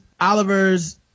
Oliver's